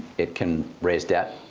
it can raise debt,